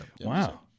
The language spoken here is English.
Wow